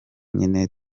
nyine